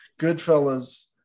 Goodfellas